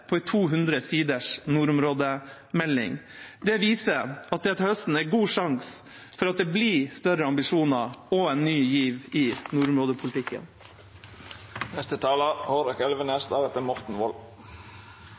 på en 200 siders nordområdemelding. Det viser at det til høsten er god sjanse for at det blir større ambisjoner og en ny giv i nordområdepolitikken.